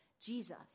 Jesus